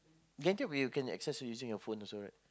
you can take but you can access using your phone also right